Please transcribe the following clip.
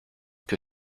que